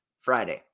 Friday